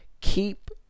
Keep